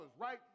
right